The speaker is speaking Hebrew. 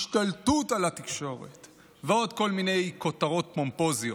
השתלטות על התקשורת ועוד כל מיני כותרות פומפוזיות,